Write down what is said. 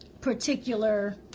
particular